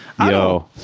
yo